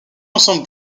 ensemble